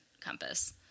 Compass